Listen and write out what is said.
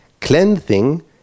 cleansing